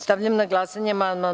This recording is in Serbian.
Stavljam na glasanje amandman.